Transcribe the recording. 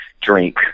drink